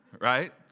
right